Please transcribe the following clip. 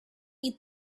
eat